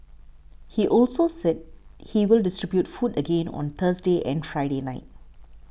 he also said he will distribute food again on Thursday and Friday night